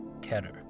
Keter